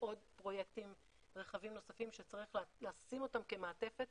ועוד פרויקטים רחבים נוספים שצריך לשים אותם כמעטפת.